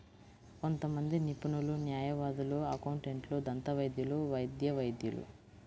కొంతమంది నిపుణులు, న్యాయవాదులు, అకౌంటెంట్లు, దంతవైద్యులు, వైద్య వైద్యులు